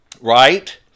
right